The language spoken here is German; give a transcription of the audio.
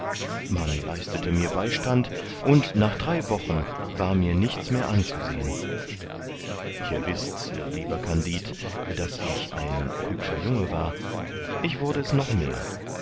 man leistete mir beistand und nach drei wochen war mir nichts mehr anzusehen ihr wißt lieber kandid daß ich ein hübscher junge war ich wurde es noch mehr